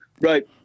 Right